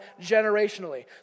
generationally